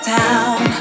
town